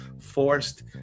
forced